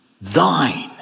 Thine